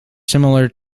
similar